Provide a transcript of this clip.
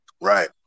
Right